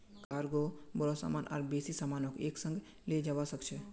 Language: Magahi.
कार्गो बोरो सामान और बेसी सामानक एक संग ले जव्वा सक छ